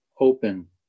open